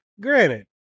Granted